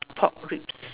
pork ribs